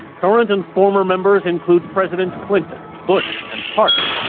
current and former members include presidents clinton, bush and carter.